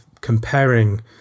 comparing